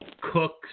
Cooks